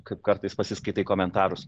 kaip kartais pasiskaitai komentarus